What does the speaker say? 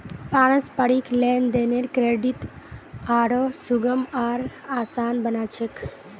पारस्परिक लेन देनेर क्रेडित आरो सुगम आर आसान बना छेक